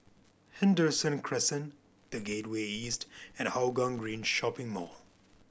Henderson Crescent The Gateway East and Hougang Green Shopping Mall